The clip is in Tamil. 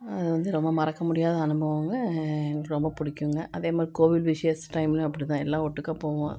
அது வந்து ரொம்ப மறக்கமுடியாத அனுபவங்கள் எனக்கு ரொம்ப பிடிக்குங்க அதே மாதிரி கோவில் விசேஷ டைமுலேயும் அப்படிதான் எல்லாம் ஒட்டுக்காக போவோம்